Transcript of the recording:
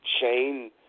chain